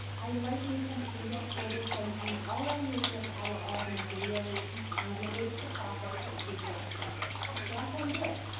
i like to use camtasia for this since i'm already using it to edit all of my videos and it makes the process super simple. so that's how you do it!